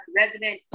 resident